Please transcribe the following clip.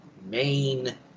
main